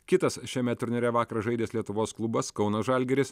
kitas šiame turnyre vakar žaidęs lietuvos klubas kauno žalgiris